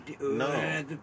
No